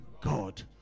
God